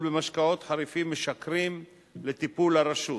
במשקאות חריפים משכרים לטיפול הרשות.